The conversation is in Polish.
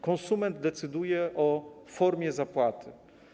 Konsument decyduje o formie zapłaty.